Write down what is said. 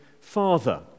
father